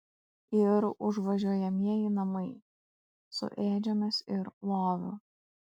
ir užvažiuojamieji namai su ėdžiomis ir loviu